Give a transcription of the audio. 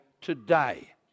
today